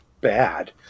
bad